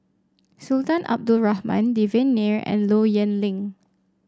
Sultan Abdul Rahman Devan Nair and Low Yen Ling